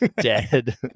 dead